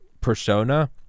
persona